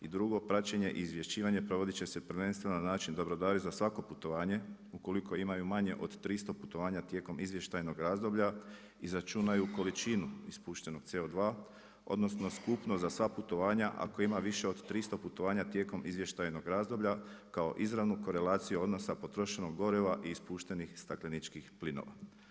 I drugo, praćenje i izvješćivanje, provodit će prvenstveno na način da brodari za svako putovanje, ukoliko imaju manje od 300 putovanja, tijekom izvještajnog razdoblja izračunaju količinu ispuštenog CO2, odnosno, skupno za sva putovanja, ako ima više od 300 putovanja tijekom izvještajnog razdoblja, kao izravnu korelaciju odnosna potrošenog goriva i ispuštenih stakleničkih plinova.